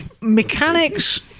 mechanics